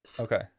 okay